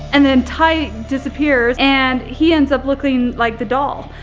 and then ty disappears, and he ends up looking like the doll.